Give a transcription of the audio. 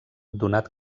donat